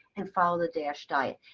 and follow the dash diet,